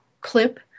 clip